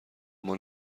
اما